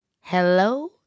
hello